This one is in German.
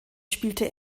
spielte